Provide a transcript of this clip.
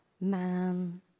man